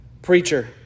Preacher